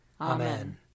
Amen